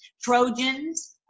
Trojans